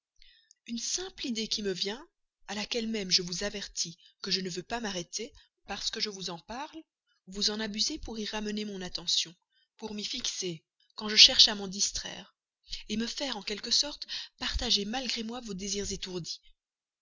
une simple idée qui me vient à laquelle je vous avertis même que je ne veux pas m'arrêter parce que je vous en parle vous en abusez pour ramener mon attention sur elle pour m'y fixer quand je cherche à m'en distraire me faire en quelque sorte partager malgré moi vos désirs étourdis